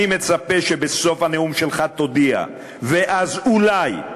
אני מצפה שבסוף הנאום שלך תודיע, ואז אולי,